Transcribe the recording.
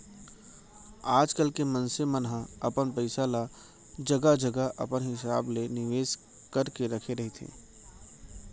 आजकल के मनसे मन ह अपन पइसा ल जघा जघा अपन हिसाब ले निवेस करके रखे रहिथे